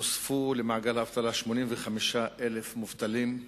נוספו למעגל האבטלה 85,000 מובטלים,